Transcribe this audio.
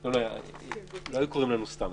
לא היו קוראים לנו סתם.